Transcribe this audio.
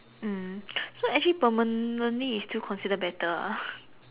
mm so actually permanently it's still considered better ah